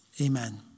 Amen